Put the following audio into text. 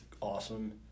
awesome